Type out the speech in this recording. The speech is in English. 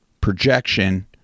projection